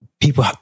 People